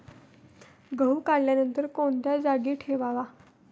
गहू काढल्यानंतर कोणत्या जागी ठेवावा?